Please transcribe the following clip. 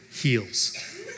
heals